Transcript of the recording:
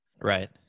Right